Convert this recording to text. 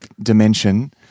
dimension